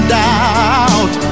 doubt